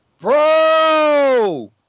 Bro